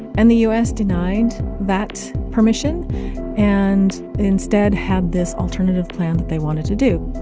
and the u s. denied that permission and instead had this alternative plan that they wanted to do